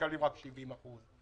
הם מקבלים רק 70% ושנית,